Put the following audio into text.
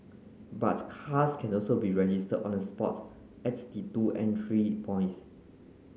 but cars can also be registered on the spot at the two entry points